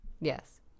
Yes